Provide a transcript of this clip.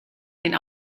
den